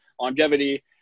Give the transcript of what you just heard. longevity